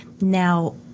Now